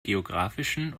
geografischen